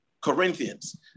Corinthians